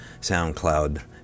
SoundCloud